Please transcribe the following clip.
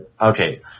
okay